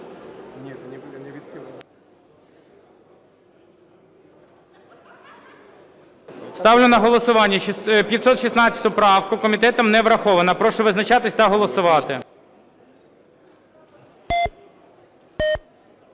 Ставлю на голосування 906 правку. Комітетом вона не підтримана. Прошу визначатися та голосувати.